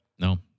No